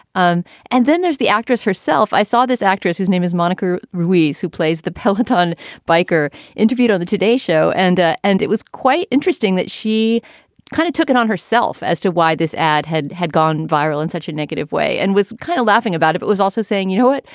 um and then there's the actress herself. i saw this actress whose name is monica ruiz, who plays the peloton biker interviewed on the today show. and and it was quite interesting that she kind of took it on herself as to why this ad had had gone viral in such a negative way and was kind of laughing about it. it was also saying, you know what,